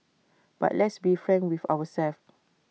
but let's be frank with ourselves